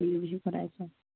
تُلِو بِہِو خُدایَس حوال